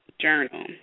journal